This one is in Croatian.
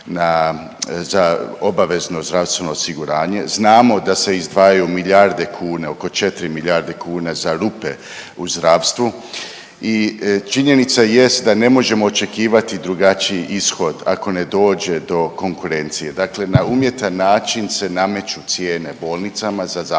za obavezno zdravstveno osiguranje? Znamo da se izdvajaju milijarde kuna, oko 4 milijarde kuna za rupe u zdravstvu i činjenica jest da ne možemo očekivati drugačiji ishod ako ne dođe do konkurencije. Dakle, na umjetan način se nameću cijene bolnicama za zahvate